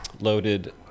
loaded